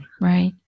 Right